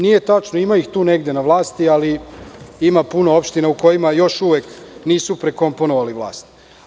Nije tačno, ima tu ih negde na vlasti, ali ima puno opština u kojima još uvek nisu prekomponovali vlast.